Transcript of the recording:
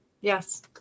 Yes